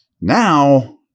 Now